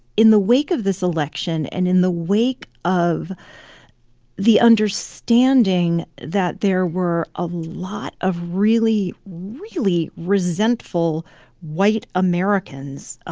in the wake of this election and in the wake of the understanding that there were a lot of really, really resentful white americans, ah